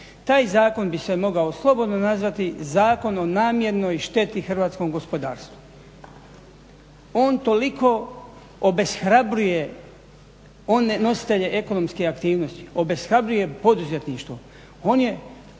Taj zakon bi se mogao slobodno nazvati zakon o namjernoj šteti hrvatskom gospodarstvu. On toliko obeshrabruje one nositelje ekonomske aktivnosti, obeshrabruje poduzetništvo,